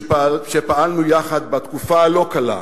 שפעלנו יחד בתקופה לא קלה,